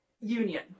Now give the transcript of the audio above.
union